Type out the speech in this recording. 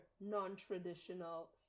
non-traditional